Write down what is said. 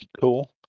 Cool